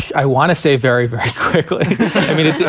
i want to say very, very quickly i mean,